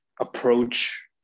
approach